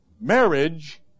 marriage